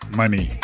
money